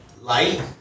light